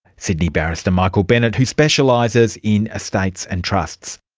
sydney barrister michael bennett who specialises in estates and trusts.